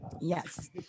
Yes